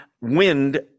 wind